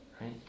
Right